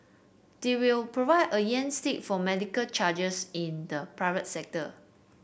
they will provide a yardstick for medical charges in the private sector